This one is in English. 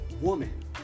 woman